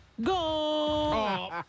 Go